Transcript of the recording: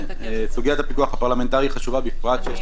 סוגיית הפיקוח הפרלמנטרי חשובה בפרט שיש